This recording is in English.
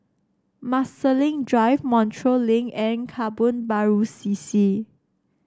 Marsiling Drive Montreal Link and Kebun Baru C C